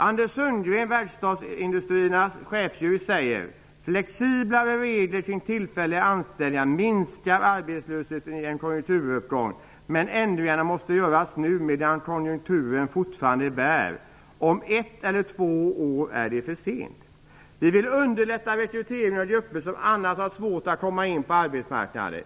Anders Sandgren, chefsjurist hos Sveriges Verkstadsindustrier, säger: Flexiblare regler kring tillfälliga anställningar minskar arbetslösheten vid en konjunkturuppgång, men ändringarna måste göras nu, medan konjunkturen fortfarande bär. Om ett eller två år är det för sent. Vi vill underlätta rekryteringen av grupper som annars har svårt att komma in på arbetsmarknaden.